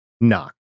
knock